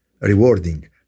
rewarding